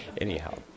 anyhow